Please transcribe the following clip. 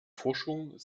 forschung